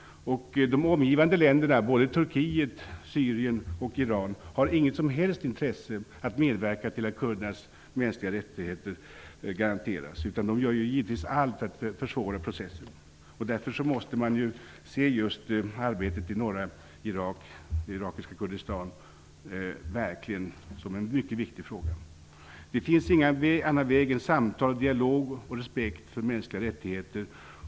De omgivande länderna, Turkiet, Syrien och Iran, har inget som helst intresse av att medverka till att kurdernas mänskliga rättigheter garanteras. De gör naturligtvis allt för att försvåra processen. Därför måste man verkligen se just arbetet i norra Irak, irakiska Kurdistan, som en mycket viktig fråga. Det finns ingen annan väg än samtal, dialog och respekt för mänskliga rättigheter.